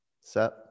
set